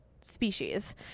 species